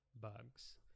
bugs